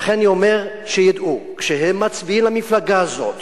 ולכן, אני אומר שידעו כשהם מצביעים למפלגה הזאת